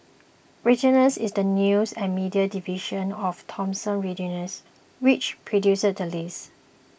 Reuters is the news and media division of Thomson Reuters which produced the list